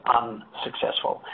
unsuccessful